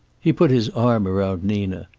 he put his arm around nina.